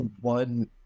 one